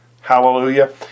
Hallelujah